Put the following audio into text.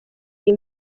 iyi